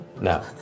Now